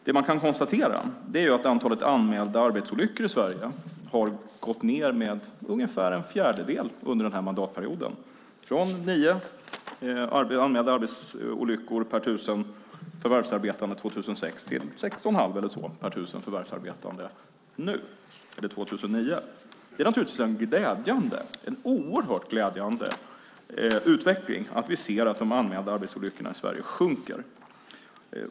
Det man kan konstatera är att antalet anmälda arbetsolyckor i Sverige har gått ned med ungefär en fjärdedel under mandatperioden - från nio anmälda arbetsolyckor per 1 000 förvärvsarbetande 2006 till sex och en halv eller något sådant per 1 000 förvärvsarbetande 2009. Det är en oerhört glädjande utveckling att vi ser att antalet anmälda arbetsolyckor i Sverige sjunker.